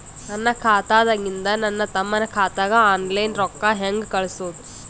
ನನ್ನ ಖಾತಾದಾಗಿಂದ ನನ್ನ ತಮ್ಮನ ಖಾತಾಗ ಆನ್ಲೈನ್ ರೊಕ್ಕ ಹೇಂಗ ಕಳಸೋದು?